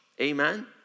amen